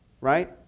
Right